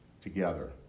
together